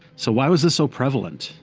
so why was this so prevalent?